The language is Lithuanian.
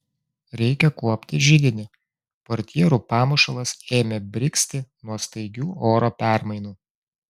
reikia kuopti židinį portjerų pamušalas ėmė brigzti nuo staigių oro permainų